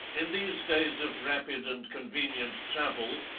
in these days of rapid and convenient travel,